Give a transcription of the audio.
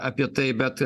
apie tai bet